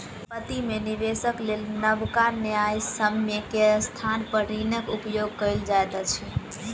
संपत्ति में निवेशक लेल नबका न्यायसम्य के स्थान पर ऋणक उपयोग कयल जाइत अछि